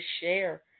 share